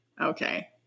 Okay